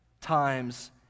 times